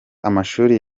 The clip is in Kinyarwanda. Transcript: amashuli